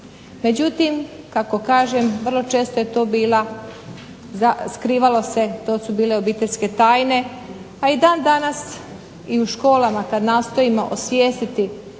međutim kako kažem vrlo često je to bilo, skrivalo se, to su bile obiteljske tajne pa i dan-danas u školama kad nastojimo osvijestiti